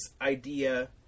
idea